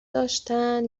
داشتن